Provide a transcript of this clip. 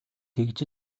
тэгж